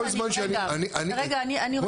כל זמן שאני --- רגע, אני רוצה רגע.